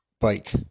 bike